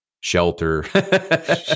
shelter